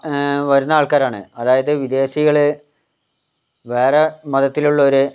ഏ വരുന്ന ആൾക്കാർ ആണ് അതായത് വിദേശികളേ വേറെ മതത്തിലുള്ളവർ